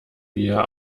wir